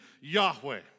Yahweh